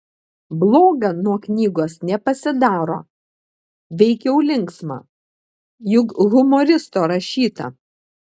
bloga nuo knygos nepasidaro veikiau linksma juk humoristo rašyta